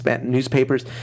newspapers